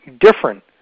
different